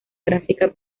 gráfica